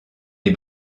les